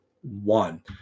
one